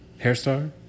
Hairstar